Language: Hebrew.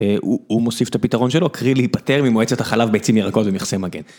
הוא מוסיף את הפתרון שלו, קרי להיפטר ממועצת החלב ביצים ירקות במכסה מגן.